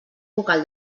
vocal